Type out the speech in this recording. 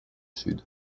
sud